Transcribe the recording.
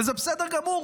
וזה בסדר גמור,